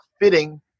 fitting